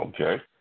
Okay